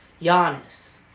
Giannis